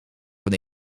van